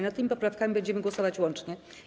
Nad tymi poprawkami będziemy głosować łącznie.